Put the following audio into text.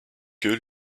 queue